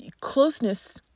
Closeness